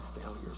failures